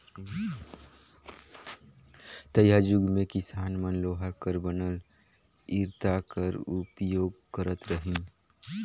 तइहाजुग मे किसान मन लोहा कर बनल इरता कर उपियोग करत रहिन